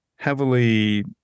Heavily